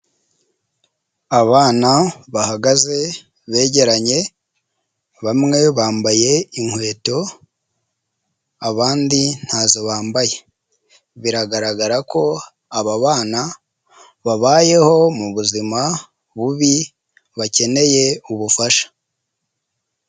Abana bahagaze begeranye, bamwe bambaye inkweto, abandi ntazo bambaye, biragaragara ko ababana babayeho mu buzima bubi bakeneye ubufasha.